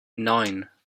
nine